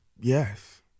Yes